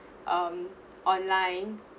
um online